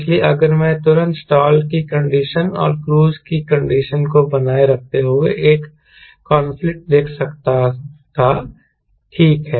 इसलिए अगर मैं तुरंत स्टाल की कंडीशन और क्रूज की कंडीशन को बनाए रखते हुए एक कनफ्लिक्ट देख सकता था ठीक है